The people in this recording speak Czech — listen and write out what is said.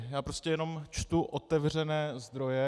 Já prostě jenom čtu otevřené zdroje.